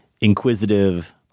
inquisitive